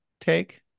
take